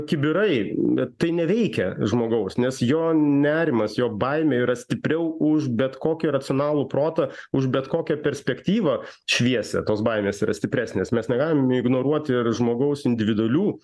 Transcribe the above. kibirai bet tai neveikia žmogaus nes jo nerimas jo baimė yra stipriau už bet kokį racionalų protą už bet kokią perspektyvą šviesią tos baimės yra stipresnės mes negalim ignoruoti ir žmogaus individualių